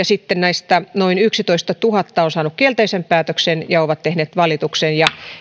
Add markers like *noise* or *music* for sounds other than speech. *unintelligible* sitten näistä noin yksitoistatuhatta on saanut kielteisen päätöksen ja he ovat tehneet valituksen ja